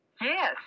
Yes